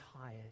tired